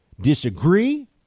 disagree